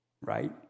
right